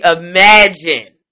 imagine